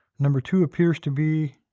number two appears to be